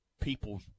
people